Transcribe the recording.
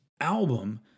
album